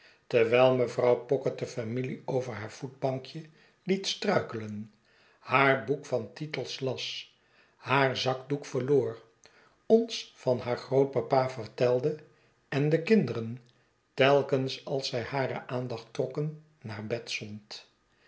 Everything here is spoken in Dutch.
terwijl mevrouw pocket de familie over haar voetbankje liet struikelen haar boek van titels las haar zakdoek verloor ons van haar grootpapa vertelde en de kinderen telkens als zij hare aandacht trokken naar bed zond